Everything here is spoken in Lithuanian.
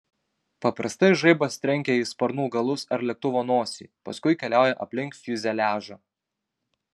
paprastai žaibas trenkia į sparnų galus ar lėktuvo nosį paskui keliauja aplink fiuzeliažą